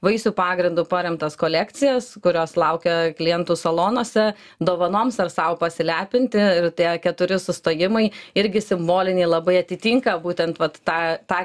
vaisių pagrindu paremtas kolekcijas kurios laukia klientų salonuose dovanoms ar sau pasilepinti ir tie keturi sustojimai irgi simboliniai labai atitinka būtent vat tą tą